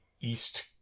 east